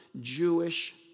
Jewish